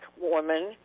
woman